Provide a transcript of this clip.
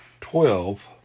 twelve